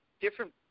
different